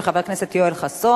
של חבר הכנסת יואל חסון.